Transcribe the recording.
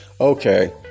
okay